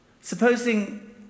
Supposing